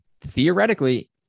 theoretically